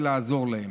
לעזור להן.